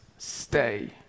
Stay